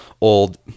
old